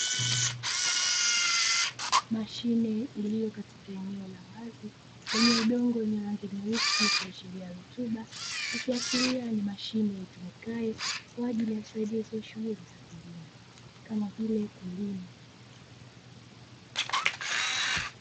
Mashine ilio katika eneo la wazi lenye udongo wa rangi nyeusi ukiashiria rutuba yenye ikiashiria ni mashine itumikayo kwa ajili ya usaidizi wa shughuli za kilimo kama vile kulima.